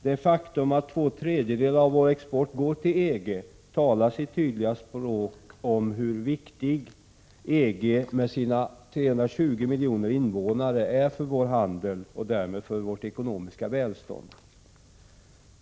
Det faktum att två tredjedelar av vår export går till EG talar sitt tydliga språk om hur viktigt EG, med sina 320 miljoner invånare, är för vår handel och därmed för vårt ekonomiska välstånd.